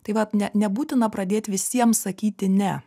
tai vat ne nebūtina pradėt visiem sakyti ne